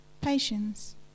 patience